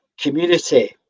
community